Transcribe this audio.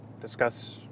discuss